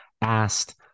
asked